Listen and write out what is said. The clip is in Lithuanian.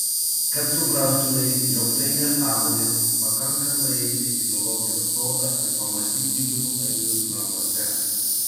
kad suprastumei jog tai nesąmonės pakanka nueiti į zoologijos sodą ir pamatyti jų ainius narvuose